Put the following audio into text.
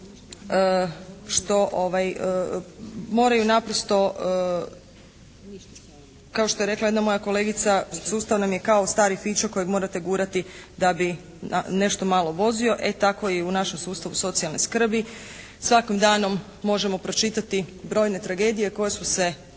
što moraju naprosto kao što je rekla jedna moja kolegica "Sustav nam je kao stari fićo kojeg morate gurati da bi nešto malo vozio.", e tako je i u našem sustavu socijalne skrbi. Svakim danom možemo pročitati brojne tragedije koje su se